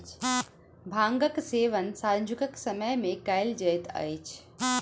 भांगक सेवन सांझुक समय मे कयल जाइत अछि